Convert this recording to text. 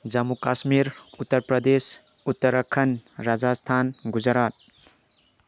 Jammu Kashmir Uttar Pradesh Uttarakhand Rajasthan Gujarat